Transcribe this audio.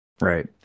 right